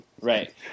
right